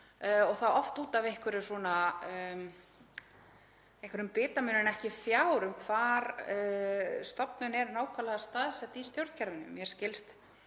og það oft út af einhverjum bitamun en ekki fjár um hvar stofnun sé nákvæmlega staðsett í stjórnkerfinu. Mér skilst